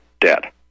debt